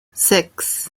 six